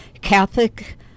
Catholic